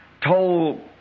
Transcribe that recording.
told